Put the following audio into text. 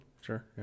sure